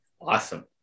Awesome